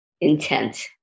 intent